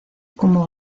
como